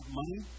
money